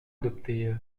adoptée